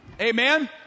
Amen